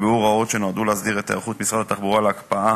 נקבעו הוראות שנועדו להסדיר את היערכות משרד התחבורה להקפאה